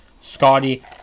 Scotty